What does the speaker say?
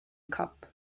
cup